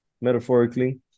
metaphorically